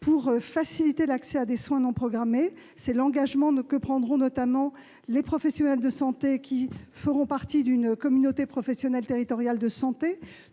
à faciliter l'accès à des soins de ville non programmés. C'est l'engagement que prendront notamment les professionnels de santé qui intégreront une communauté professionnelle territoriale de santé.